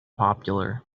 popular